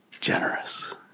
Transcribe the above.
generous